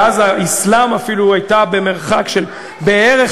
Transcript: ואז האסלאם אפילו היה במרחק של בערך,